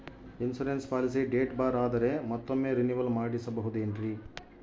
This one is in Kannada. ಇನ್ಸೂರೆನ್ಸ್ ಪಾಲಿಸಿ ಡೇಟ್ ಬಾರ್ ಆದರೆ ಮತ್ತೊಮ್ಮೆ ರಿನಿವಲ್ ಮಾಡಿಸಬಹುದೇ ಏನ್ರಿ?